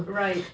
right